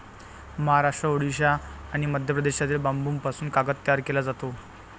महाराष्ट्र, ओडिशा आणि मध्य प्रदेशातील बांबूपासून कागद तयार केला जातो